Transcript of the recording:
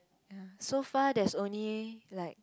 ya so far there's only like